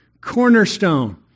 cornerstone